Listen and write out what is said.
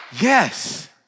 yes